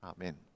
Amen